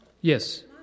Yes